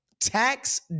tax